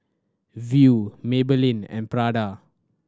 Viu Maybelline and Prada